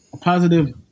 positive